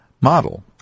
model